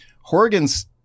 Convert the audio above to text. Horgan's